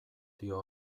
dio